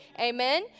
Amen